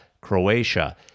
Croatia